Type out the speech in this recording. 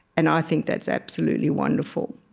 and i think that's absolutely wonderful